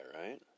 right